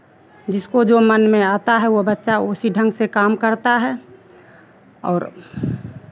जिसको जो मन में आता है वो बच्चा उसी ढंग से काम करता है और